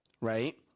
Right